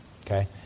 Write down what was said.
Okay